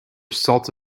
salt